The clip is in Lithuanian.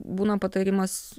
būna patarimas